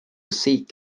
seek